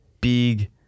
big